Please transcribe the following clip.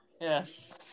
Yes